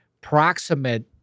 proximate